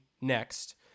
next